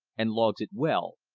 and logs it well,